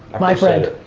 my friend.